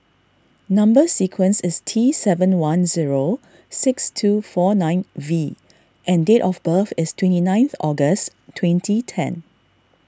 Number Sequence is T seven one zero six two four nine V and date of birth is twenty nine August twenty ten